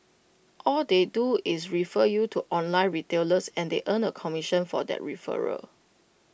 all they do is refer you to online retailers and they earn A commission for that referral